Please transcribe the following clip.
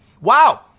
Wow